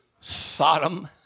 Sodom